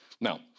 Now